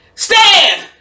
Stand